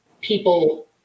people